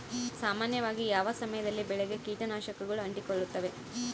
ಸಾಮಾನ್ಯವಾಗಿ ಯಾವ ಸಮಯದಲ್ಲಿ ಬೆಳೆಗೆ ಕೇಟನಾಶಕಗಳು ಅಂಟಿಕೊಳ್ಳುತ್ತವೆ?